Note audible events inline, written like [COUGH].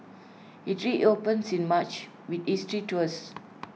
IT reopens in March with history tours [NOISE]